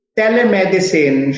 telemedicine